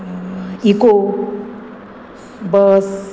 eco bus